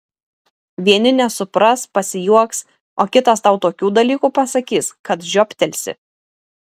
vieni nesupras pasijuoks o kitas tau tokių dalykų pasakys kad žioptelsi